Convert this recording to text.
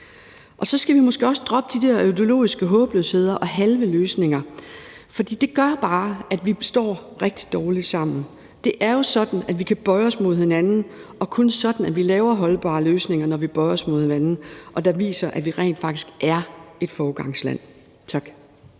Og så skal vi måske også droppe de der ideologiske håbløsheder og halve løsninger, for det gør bare, at vi står rigtig dårligt sammen. Det er jo sådan, at vi kan bøje os mod hinanden, og det er kun, når vi bøjer os mod hinanden, at vi laver holdbare løsninger, der viser, at vi rent faktisk er et foregangsland. Tak.